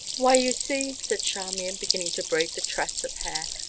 why, you see, said charmian, beginning to braid the tress of hair,